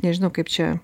nežinau kaip čia